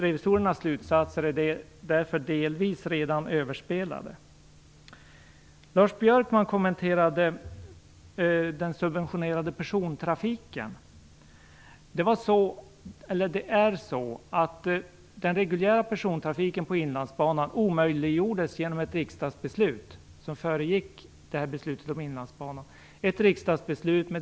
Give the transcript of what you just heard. Revisorernas slutsatser är därför delvis redan överspelade.